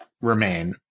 Remain